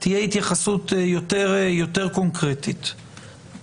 התייחסות יותר קונקרטית,